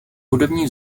hudební